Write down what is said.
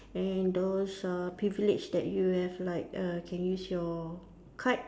and those uh privilege that you have like err can use your card